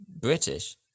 British